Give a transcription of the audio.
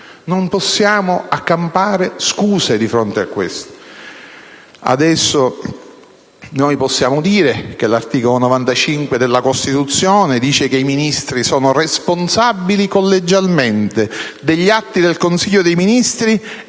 Non possiamo accampare scuse di fronte a questo. Adesso, noi possiamo dire che l'articolo 95 della Costituzione stabilisce che: «I Ministri sono responsabili collegialmente degli atti del Consiglio dei Ministri,